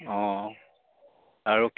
অঁ আৰু